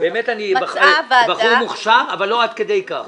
אני בחור מוכשר אבל לא עד כדי כך.